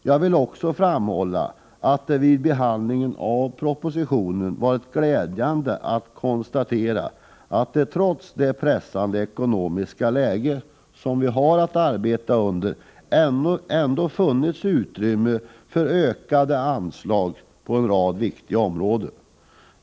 Jag vill också framhålla att det vid behandlingen av propositionen har varit glädjande att konstatera att det trots det pressade ekonomiska läge som vi har att arbeta i har funnits utrymme för ökade anslag på en rad viktiga områden.